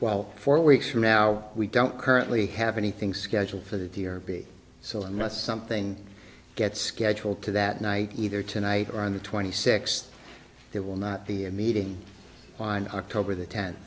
while four weeks from now we don't currently have anything schedule for the or b so unless something gets scheduled to that night either tonight or on the twenty sixth there will not be a meeting on october the tent